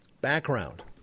Background